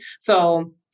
so-